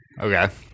Okay